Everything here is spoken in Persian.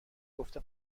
گفته